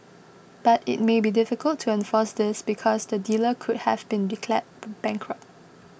but it may be difficult to enforce this because the dealer could have been declared bankrupt